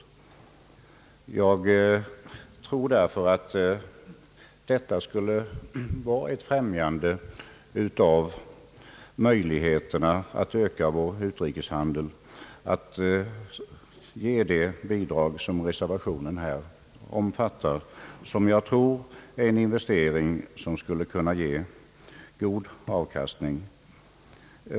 Jag tror därför att det skulle främja möjligheterna att öka vår utrikeshandel, om man ger det bidrag som reservationen föreslår. Jag tror det är en investering som skulle kunna ge god avkastning.